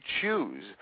choose